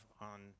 on